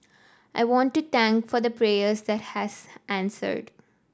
I want to for the prayers that has answered